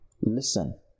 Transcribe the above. Listen